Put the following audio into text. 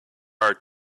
are